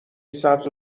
سبز